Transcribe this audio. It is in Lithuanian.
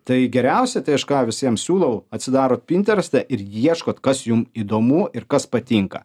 tai geriausia tai aš ką visiems siūlau atsidarot pinterestą ir ieškot kas jum įdomu ir kas patinka